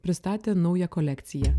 pristatė naują kolekciją